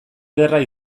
ederra